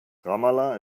ramallah